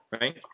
right